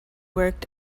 worked